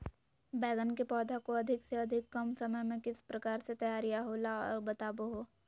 बैगन के पौधा को अधिक से अधिक कम समय में किस प्रकार से तैयारियां होला औ बताबो है?